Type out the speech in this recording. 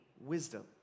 wisdom